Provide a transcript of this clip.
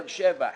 באר שבע,